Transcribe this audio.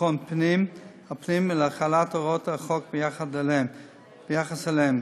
לביטחון הפנים ולהחלת הוראות החוק ביחס אליהם,